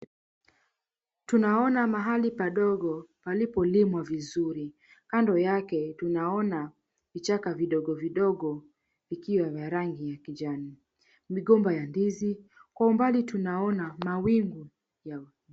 Tunaona mahali padogo palipolimwa vizuri. Kando yake tunaona vichaka vidogo vidogo vikiwa vya rangi ya kijani. Migomba ya ndizi kwa umbali tunaona mawingu ya